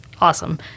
awesome